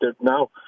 now